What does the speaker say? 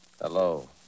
Hello